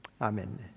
Amen